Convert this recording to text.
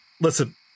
listen